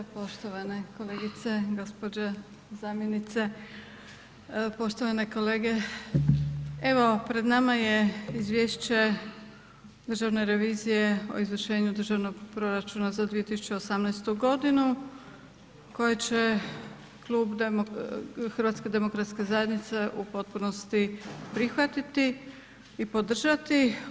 Poštovane kolegice gospođe zamjenice, poštovane kolege evo pred nama je Izvješće Državne revizije o izvršenju Državnog proračuna za 2018. godinu koje će Klub HDZ-a u potpunosti prihvatiti i podržati.